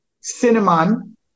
cinnamon